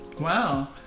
wow